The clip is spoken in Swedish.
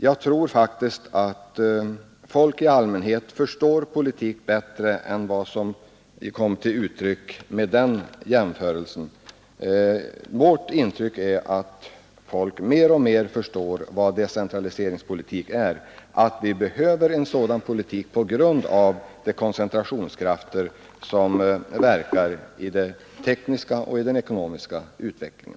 Jag tror faktiskt att folk i allmänhet förstår politik bättre än vad som kom till uttryck i det exemplet. Vårt intryck är att folk mer och mer förstår vad decentraliseringspolitik är — och att vi behöver en sådan politik på grund av de koncentrationskrafter som verkar i den tekniska och ekonomiska utvecklingen.